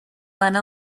lena